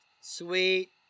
sweet